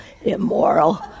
immoral